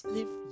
Live